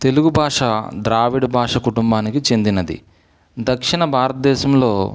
తెలుగు భాష ద్రావిడ భాష కుటుంబానికి చెందినది దక్షిణ భారతదేశంలో